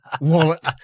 wallet